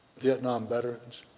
vietnam veterans